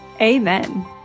Amen